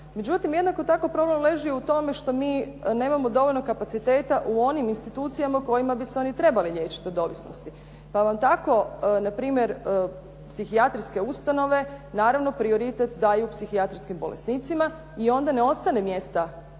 Međutim, jednako tako problem leži u tome što mi nemamo dovoljno kapaciteta u onim institucijama kojima bi se oni trebali liječiti od ovisnosti. Pa vam tako npr. psihijatrijske ustanove naravno prioritet daju psihijatrijskim bolesnicima i onda ne ostane mjesta za